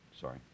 Sorry